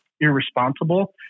irresponsible